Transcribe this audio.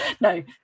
No